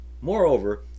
Moreover